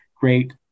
great